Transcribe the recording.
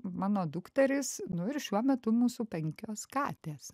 mano dukterys nu ir šiuo metu mūsų penkios katės